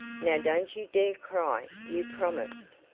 now don't you dare cry. you promised.